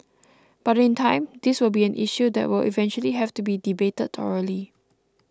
but in time this will be an issue that will eventually have to be debated thoroughly